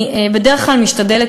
בדרך כלל אני משתדלת,